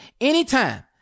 anytime